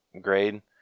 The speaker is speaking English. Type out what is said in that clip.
grade